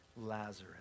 Lazarus